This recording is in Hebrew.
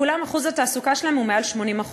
כולן, אחוז התעסוקה שלהן הוא מעל 80%,